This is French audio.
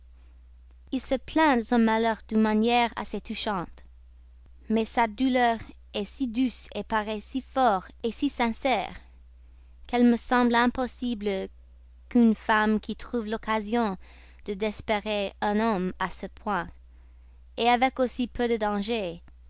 il se plaint de son malheur d'une manière assez touchante mais sa douleur est si douce paraît si forte si sincère qu'il me semble impossible qu'une femme qui trouve l'occasion de désespérer un homme à ce point avec aussi i cette lettre ne s'est pas retrouvée peu de danger